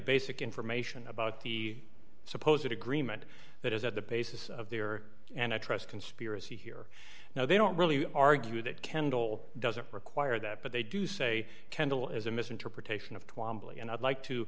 basic information about the supposed agreement that is at the basis of the or and i trust conspiracy here now they don't really argue that kendall doesn't require that but they do say kendall is a misinterpretation of twamley and i'd like to